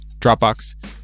Dropbox